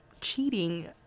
cheating